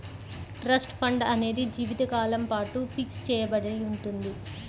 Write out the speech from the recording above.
trust fund అనేది జీవితకాలం పాటు ఫిక్స్ చెయ్యబడి ఉంటుంది